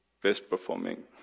best-performing